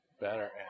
better